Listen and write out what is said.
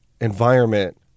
environment